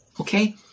Okay